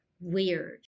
weird